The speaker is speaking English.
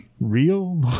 real